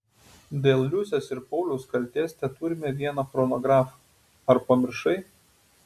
dėl liusės ir pauliaus kaltės teturime vieną chronografą ar pamiršai